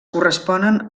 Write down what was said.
corresponen